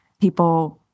people